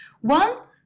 One